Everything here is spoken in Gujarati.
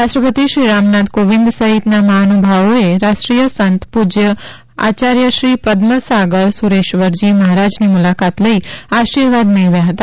રાષ્ટ્રપતિ શ્રી રામનાથ કો વિંદ સહિતના મહાનુભાવોએ રાષ્ટ્રીય સંત પૂજ્ય આચાર્યશ્રી પદ્મસાગર સુરેશ્વરજી મહારાજની મુલાકાત લઇ આશીર્વાદ મેળવ્યા હતા